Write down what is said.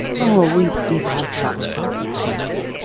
oh we did have such fun that evening!